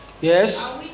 Yes